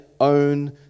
own